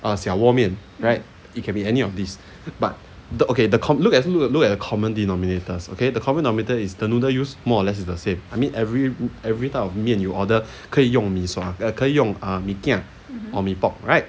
uh 小锅面 right it can be any of these but the okay the co~ look at look look at the common denominators okay the common denominators is the noodle use more or less the same I mean every every type of 面 you order 可以用 mi sua uh 可以用 mee kia or mee pok right